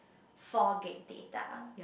four gig data